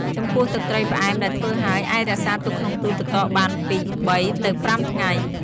ចំពោះទឹកត្រីផ្អែមដែលធ្វើហើយ អាចរក្សាទុកក្នុងទូទឹកកកបានពី ៣ទៅ៥ ថ្ងៃ។